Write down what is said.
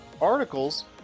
Articles